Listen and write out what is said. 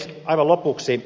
aivan lopuksi